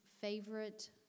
favorite